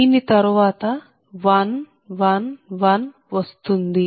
దీని తరువాత 1 1 1 వస్తుంది